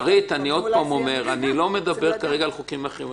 שרית, אני לא מדבר כרגע על חוקים אחרים.